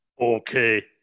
Okay